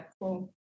cool